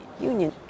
Union